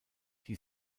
die